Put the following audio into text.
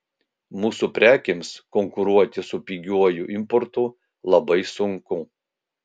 mūsų prekėms konkuruoti su pigiuoju importu labai sunku